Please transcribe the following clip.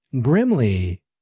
Grimly